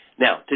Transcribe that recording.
Now